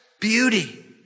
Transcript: beauty